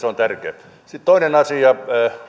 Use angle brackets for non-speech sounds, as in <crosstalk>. <unintelligible> on tärkeä sitten toinen asia